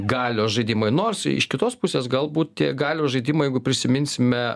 galios žaidimai nors iš kitos pusės galbūt tie galios žaidimai jeigu prisiminsime